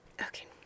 okay